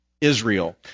Israel